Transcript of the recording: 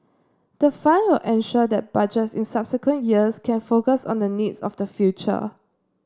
the fund will ensure that Budgets in subsequent years can focus on the needs of the future